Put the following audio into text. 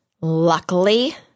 Luckily